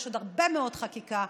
יש עוד הרבה מאוד חקיקה,